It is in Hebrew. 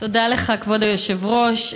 תודה לך, כבוד היושב-ראש.